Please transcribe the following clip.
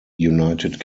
united